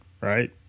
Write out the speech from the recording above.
right